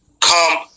come